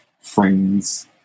Friends